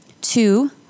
two